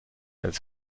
als